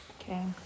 okay